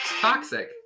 toxic